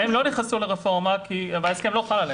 כן.